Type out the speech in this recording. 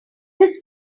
his